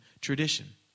tradition